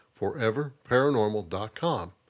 foreverparanormal.com